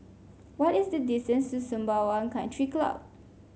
what is the distance to Sembawang Country Club